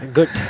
Good